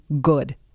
good